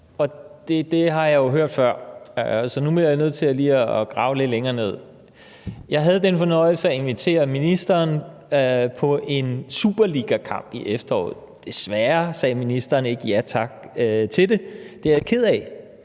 det har jeg jo hørt før, så nu bliver jeg lige nødt til at grave lidt længere ned. Jeg havde den fornøjelse at invitere ministeren på en superligakamp i efteråret. Desværre sagde ministeren ikke ja tak til det, og det er jeg ked af,